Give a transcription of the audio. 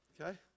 okay